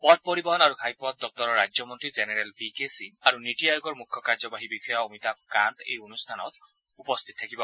পথ পৰিবহন আৰু ঘাইপথ দপ্তৰৰ ৰাজ্যমন্ত্ৰী জেনেৰেল ভি কে সিং আৰু নীতি আয়োগৰ মুখ্য কাৰ্যবাহী বিষয়া অমিতাভ কান্ত এই অনুষ্ঠানত উপস্থিত থাকিব